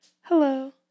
hello